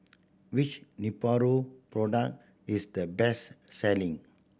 which Nepro product is the best selling